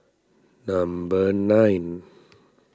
number nine